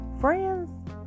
Friends